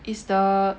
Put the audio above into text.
is the